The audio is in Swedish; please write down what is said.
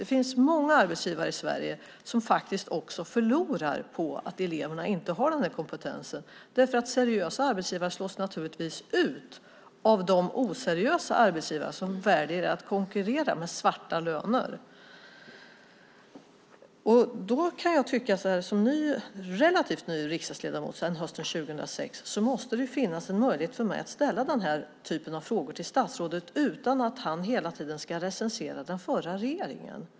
Det finns många arbetsgivare i Sverige som också förlorar på att eleverna inte har den här kompetensen. Seriösa arbetsgivare slås naturligtvis ut av de oseriösa arbetsgivare som väljer att konkurrera med svarta löner. Som relativt ny riksdagsledamot, sedan hösten 2006, måste det finnas en möjlighet för mig att ställa den här typen av frågor till statsrådet utan att han hela tiden ska recensera den förra regeringen.